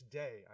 day